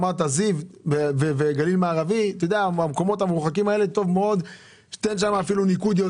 זיו וגליל מערבי שאין בעיה אפילו לתת שם יותר ניקוד,